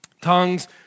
tongues